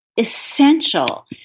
essential